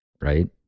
right